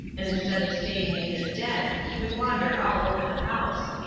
and instead of staying in his den he would wander all over the house.